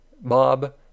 Bob